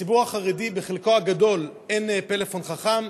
לציבור החרדי בחלקו הגדול אין פלאפון חכם,